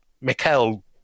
Mikel